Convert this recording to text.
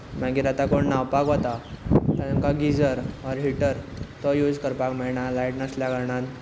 मागीर आतां कोण न्हावपाक वता तांकां गिजर वा हिटर तो यूज करपाक मेळना लायट नासल्या कारणान